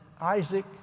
Isaac